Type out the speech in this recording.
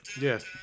Yes